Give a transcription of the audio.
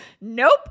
nope